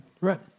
Right